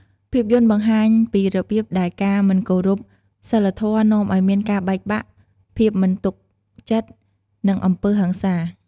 ភាពយន្តបង្ហាញពីរបៀបដែលការមិនគោរពសីលធម៌នាំឱ្យមានការបែកបាក់ ភាពមិនទុកចិត្ត និងអំពើហិង្សា។